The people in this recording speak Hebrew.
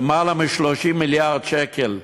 של למעלה מ-30 מיליארד שקל,